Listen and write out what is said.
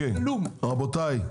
רבותיי,